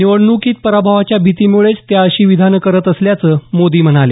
निवडणुकीत पराभवाच्या भीतीमुळेच त्या अशी विधानं करत असल्याचं मोदी म्हणाले